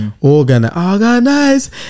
organize